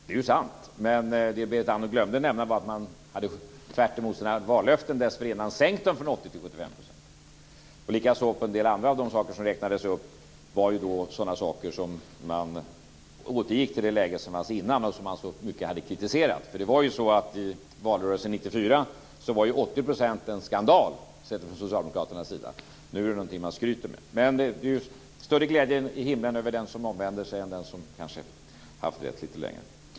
Det är ju sant, men det Berit Andnor glömde nämna var att man tvärtemot sina vallöften dessförinnan hade sänkt dem från 80 % till 75 %. Likaså var en del andra av de saker som räknades upp sådant där man återgick till det läge som fanns innan och som man så mycket hade kritiserat. För det var ju så att i valrörelsen 1994 var 80 % en skandal sett från socialdemokratisk sida. Nu är det något man skryter med. Men det är ju större glädje i himlen över den som omvänder sig än över den som kanske haft rätt lite längre.